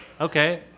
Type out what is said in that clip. Okay